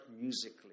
musically